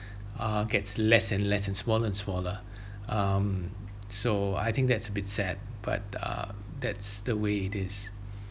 uh gets less and less and smaller and smaller um so I think that's a bit sad but uh that's the way it is